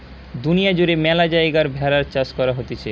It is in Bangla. দুনিয়া জুড়ে ম্যালা জায়গায় ভেড়ার চাষ করা হতিছে